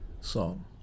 song